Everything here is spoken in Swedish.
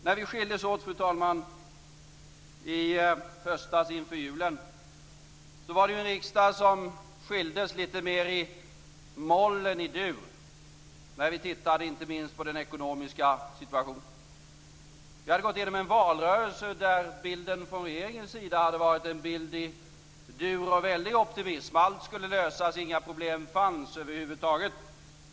När vi skildes åt, fru talman, i höstas inför julen var det en riksdag som skildes lite mer i moll än i dur när vi tittar inte minst på den ekonomiska situationen. Vi hade gått igenom en valrörelse där bilden från regeringens sida hade varit en bild i dur och väldig optimism. Allt skulle lösas, och det fanns inga problem över huvud taget.